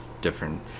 different